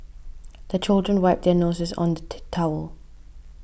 the children wipe their noses on the the towel